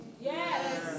Yes